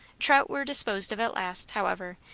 trout were disposed of at last, however,